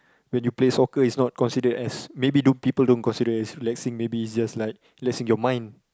when you play soccer it's not considered as maybe people don't consider as relaxing maybe it's like relaxing your mind